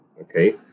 Okay